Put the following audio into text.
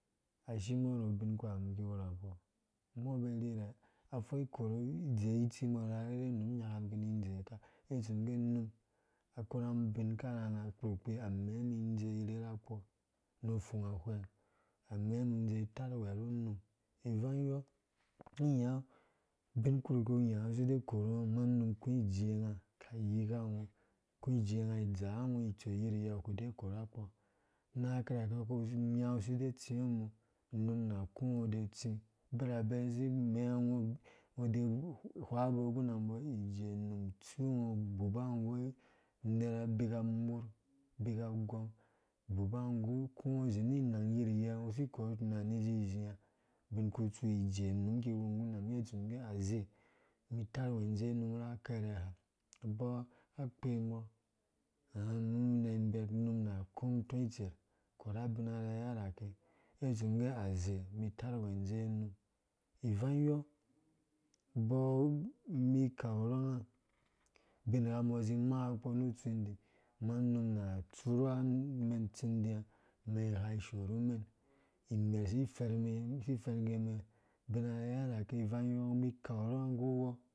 Ashimbɔ ru ubin kpu ha umum ki iwura kpɔ umbɔ irherhe aforh ikoru idzee itsimbɔ ra arherhe-num runyaka umum ki ni idzeeka, ngge itsu ngee unum akorunga umum biu karharha kpurkpi amɛ mi indze irherhe kpɔ nu upfunga uhweng amɛ umum idze itarwɛɛ ru unum ivangyɔ ungo inyaɔ ubin kurki ungo unyá ungo uside ukorungo ama unum aku ijeeunga ka yika ungɔ aku ijeenga adzaa ungo itsoi yirye kude ukora kpɔ anang kira akɛ ungo kunya ungo side utsiɔ mɔ unum na aku ungo ude utsi a birabe si imɛ ungo ude uhwabo ngguna umbɔ ijee-num itsu ungo ugbuba umgo nggu amerabika amorh bika gɔng, gbuba ungo, ku ungo zi ni inang yiryɛ ungo si ikorungo utuni izizia ubinkutsu ijee num ki iwu ngguna ngge itsu ngge aze mi itarwɛɛ indwɛɛ unum var akɛrɛ ha abɔɔ ka kpembɨ ama umum ina ibek unum na aku umum tɔ itser kora abina rherhehake ngge itsu umum ngge aze ni itarwɛɛ inzee unum ivangyɔ abɔɔ umlei ikau urhonga ama ubingha zi maakpɔ ru utsindi ama unum na tsurhuwa umɛn utsindia umɛn igha ishorumɛn, imerh si ifermen, si ifeungge umɛn abina arherherhake ivangyɔ umbi akau urhonga nggu uwɔɔ